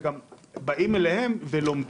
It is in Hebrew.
יש פה נושא שצריך להתעמק בו ולדון